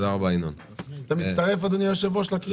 אתה מצטרף לקריאה, אדוני היושב-ראש?